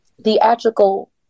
theatrical